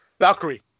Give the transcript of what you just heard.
Valkyrie